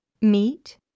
meat